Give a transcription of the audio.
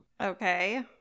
Okay